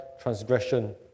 transgression